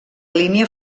línia